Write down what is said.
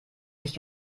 mich